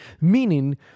meaning